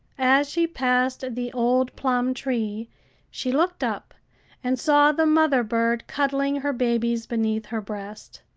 as she passed the old plum-tree she looked up and saw the mother bird cuddling her babies beneath her breast.